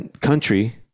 country